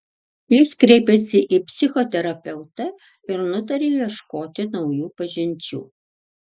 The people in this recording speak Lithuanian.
jis kreipėsi į psichoterapeutą ir nutarė ieškoti naujų pažinčių